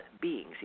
beings